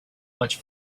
much